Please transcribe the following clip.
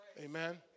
Amen